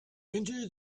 entered